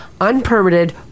unpermitted